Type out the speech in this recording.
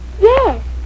Yes